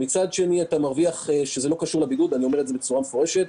זה לא קשור לבידוד ואני אומר את זה בצורה מפורשת.